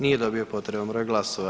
Nije dobio potreban broj glasova.